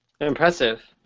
impressive